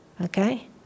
Okay